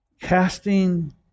Casting